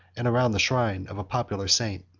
and around the shrine of a popular saint.